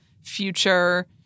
future